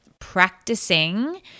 practicing